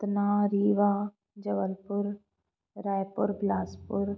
Satna Rewa Jabalpur Raipur Bilaspur